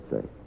say